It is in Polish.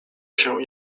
się